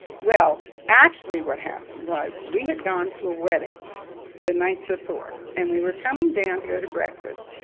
well, actually what happened was we had gone to a wedding the night before. and we were coming down to go to breakfast.